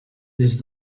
des